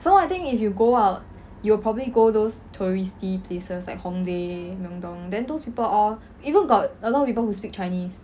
somemore I think you go out you will probably go those touristy places like hongdae myeong dong then those people all even got a lot of people who speaks chinese